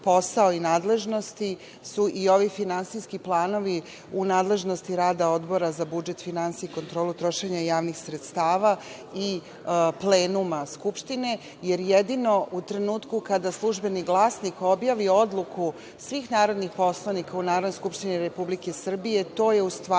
posao i nadležnosti su i ovi finansijski planovi u nadležnosti rada Odbora za budžet, finansije i kontrolu trošenja javnih sredstava i plenuma Skupštine, jer jedino u trenutka kada „Službeni glasnik“ objavi odluku svih narodnih poslanika u Narodnoj skupštini Republike Srbije, to je u stvari